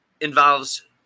involves